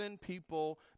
people